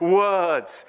words